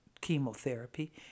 chemotherapy